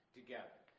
together